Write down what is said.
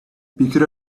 picked